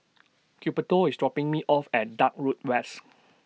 Gilberto IS dropping Me off At Dock Road West